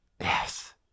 Yes